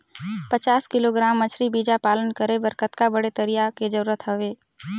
पचास किलोग्राम मछरी बीजा पालन करे बर कतका बड़े तरिया के जरूरत हवय?